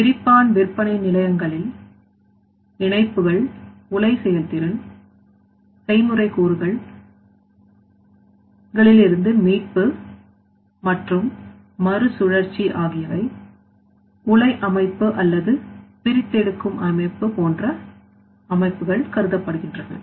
பிரிப்பான் விற்பனை நிலையங்களில் இணைப்புகள் உலை செயல்திறன் செய்முறை கூறுகள் பெண்களில் இருந்து மீட்பு மற்றும் மறுசுழற்சி ஆகியவைஉலை அமைப்பு அல்லது பிரித்தெடுக்கும் அமைப்பு போன்ற அமைப்புகள் கருதப்படுகின்றன